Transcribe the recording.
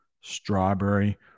strawberry